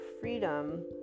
freedom